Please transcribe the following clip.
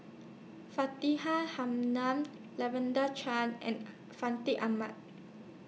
Faridah Hanum Lavender Chang and Fandi Ahmad